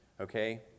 okay